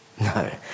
no